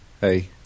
Hey